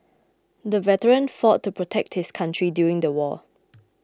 the veteran fought to protect his country during the war